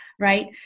right